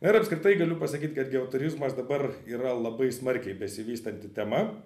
ir apskritai galiu pasakyt kad geoturizmas dabar yra labai smarkiai besivystanti tema